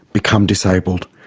become disabled.